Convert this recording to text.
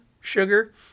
sugar